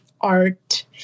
art